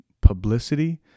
publicity